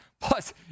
plus